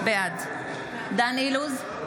בעד דן אילוז,